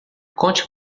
conte